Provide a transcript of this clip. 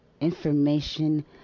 information